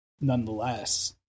nonetheless